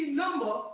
number